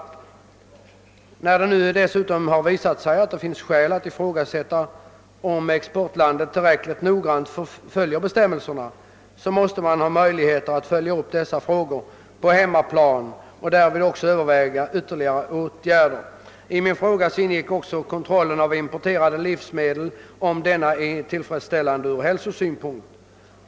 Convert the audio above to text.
När det dessutom har visat sig att det finns skäl att ifrågasätta om exportlandet tillräckligt noggrant följer bestämmelserna, måste man ha möjligheter att följa upp dessa frågor på hemmaplan och därvid också överväga ytterligare åtgärder. I min fråga begärde jag också besked om huruvida kontrollen av importerade livsmedel är tillfredsställande från hälsosynpunkt.